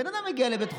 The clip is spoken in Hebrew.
בן אדם מגיע לבית חולים,